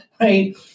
right